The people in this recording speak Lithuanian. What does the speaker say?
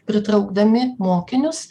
pritraukdami mokinius